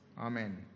Amen